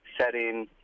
setting